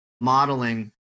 modeling